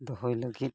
ᱫᱚᱦᱚᱭ ᱞᱟᱹᱜᱤᱫ